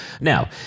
Now